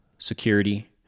security